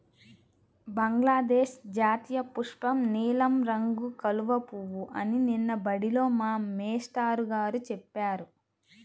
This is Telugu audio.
బంగ్లాదేశ్ జాతీయపుష్పం నీలం రంగు కలువ పువ్వు అని నిన్న బడిలో మా మేష్టారు గారు చెప్పారు